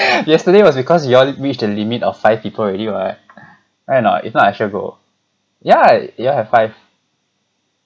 yesterday was because you all reach the limit of five people already [what] right or not if not I sure go yeah you all have five